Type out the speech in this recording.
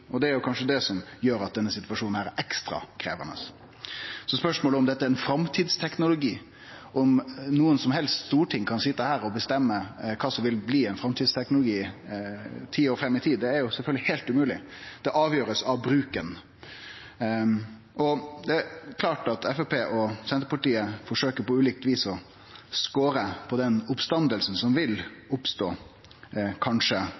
Det er kanskje det som gjer at denne situasjonen er ekstra krevjande. Spørsmålet er om dette er ein framtidsteknologi, og at noko som helst storting kan sitje her og bestemme kva som vil bli ein framtidsteknologi ti år fram i tid, er sjølvsagt heilt umogleg. Det blir avgjort av bruken. Det er klart at Framstegspartiet og Senterpartiet på ulikt vis forsøkjer å score på den oppstoda som kanskje vil